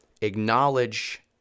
acknowledge